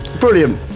Brilliant